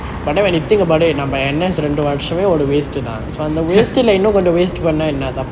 but do anything about it you know my and then the wisdom tested like you know wanna waste one another